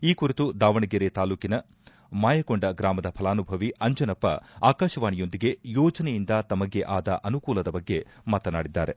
ಈ ಕುರಿತು ದಾವಣಗೆರೆ ತಾಲೂಕಿನ ಮಾಯಕೊಂಡ ಗ್ರಾಮದ ಫಲಾನುಭವಿ ಆಂಜನಪ್ಪ ಆಕಾಶವಾಣಿಯೊಂದಿಗೆ ಯೋಜನೆಯಿಂದ ತಮಗೆ ಆದ ಅನುಕೂಲದ ಬಗ್ಗೆ ಮಾತನಾಡಿದ್ದಾರೆ